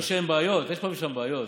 לא שאין בעיות, יש פה ושם בעיות.